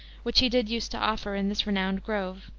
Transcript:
which he did use to offer in this renowned grove.